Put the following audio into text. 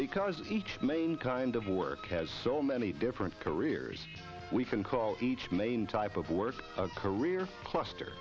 because each main kind of work has so many different careers we can call each main type of work a career cluster